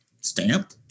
stamp